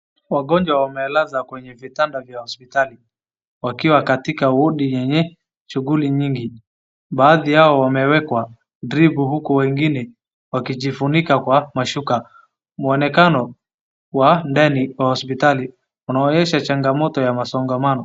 Wagonjwa wamelazwa kwenye vitanda vya hospitali, wakiwa katika wodi yenye shughuli nyingi. Baadhi yao wamewekwa, dripu huku wengine wakijifunika kwa mashuka. Mwonekano wa nadani ya hospitali unaonyesha changamoto ya msongamano.